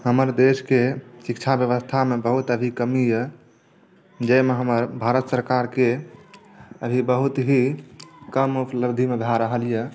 हमर देश के शिक्षा व्यवस्था मे बहुत अभी कमी यऽ जाहिमे हमर भारत सरकार के अभी बहुत ही कम उपलब्धि भए रहल यऽ